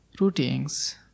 routines